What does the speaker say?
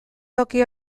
toki